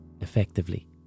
effectively